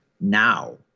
now